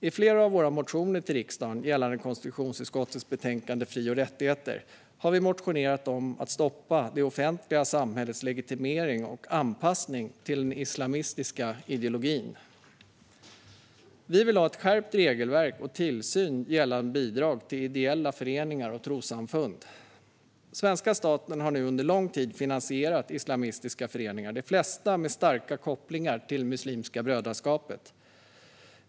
I flera av våra motioner till riksdagen som tas upp i konstitutionsutskottets betänkande Fri - och rättigheter , m.m. har vi motionerat om att stoppa det offentliga samhällets legitimering av och anpassning till den islamistiska ideologin. Vi vill ha ett skärpt regelverk och en skärpt tillsyn gällande bidrag till ideella föreningar och trossamfund. Svenska staten har nu under lång tid finansierat islamistiska föreningar, de flesta med starka kopplingar till Muslimska brödraskapet.